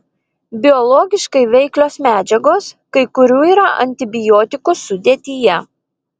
biologiškai veiklios medžiagos kai kurių yra antibiotikų sudėtyje